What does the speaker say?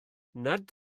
nad